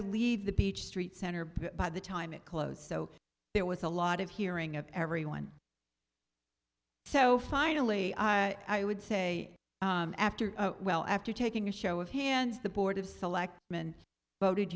to leave the peach street center by the time it closed so there was a lot of hearing of everyone so finally i would say after well after taking a show of hands the board of selectmen voted